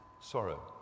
sorrow